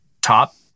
top